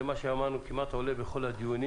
זה מה שאמרנו ועולה כמעט בכל הדיונים,